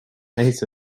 ate